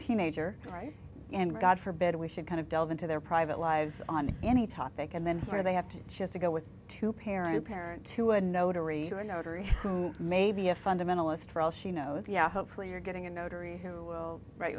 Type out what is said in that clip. teenager right and god forbid we should kind of delve into their private lives on any topic and then where they have to choose to go with two parents parent to a notary to a notary who may be a fundamentalist for all she knows yeah hopefully you're getting a notary who will wri